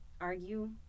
argue